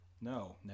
No